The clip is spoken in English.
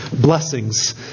blessings